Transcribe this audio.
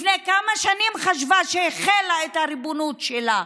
לפני כמה שנים חשבה שהחילה את הריבונות שלה,